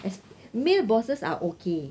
as male bosses are okay